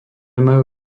majú